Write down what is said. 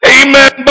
Amen